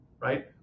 right